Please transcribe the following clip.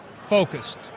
focused